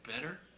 better